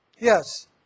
yes